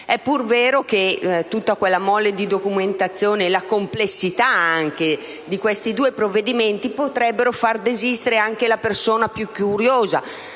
È pur vero che la mole di documentazione la complessità dei due provvedimenti potrebbero far desistere anche la persona più curiosa: